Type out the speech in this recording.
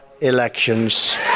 elections